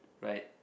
right